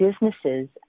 businesses